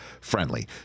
friendly